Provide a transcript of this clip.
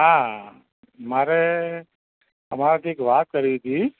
હા મારે તમારાથી એક વાત કરવી હતી